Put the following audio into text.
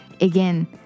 Again